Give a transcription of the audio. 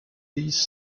these